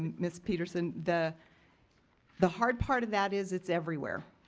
ms. petersen, the the hard part of that is it's everywhere.